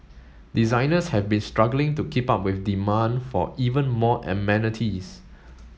designers have been struggling to keep up with demand for even more amenities